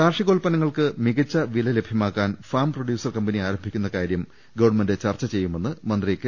കാർഷികോൽപ്പന്നങ്ങൾക്ക് മികച്ച വില ലഭ്യമാകാൻ ഫാം പ്രൊഡ്യൂസർ കമ്പനി ആരംഭിക്കുന്ന കാര്യം ഗവൺമെന്റ് ചർച്ച ചെയ്യുമെന്ന് മന്ത്രി കെ